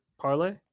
parlay